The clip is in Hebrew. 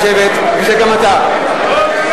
אף אחד לא ידבר,